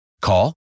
Call